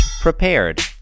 prepared